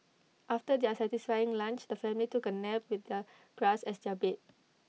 after their satisfying lunch the family took A nap with the grass as their bed